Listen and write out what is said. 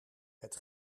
het